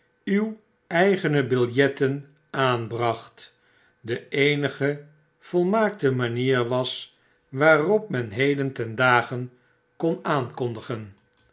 uw eigene biljetten aanbracht de eenige volmaakte manier was waarop men heden ten dage kon aankondigen